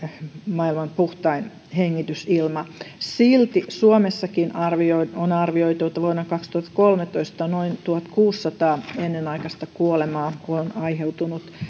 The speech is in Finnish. maailman puhtain hengitysilma silti suomessakin on arvioitu että vuonna kaksituhattakolmetoista noin tuhatkuusisataa ennenaikaista kuolemaa on aiheutunut